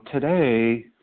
today